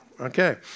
Okay